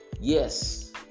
Yes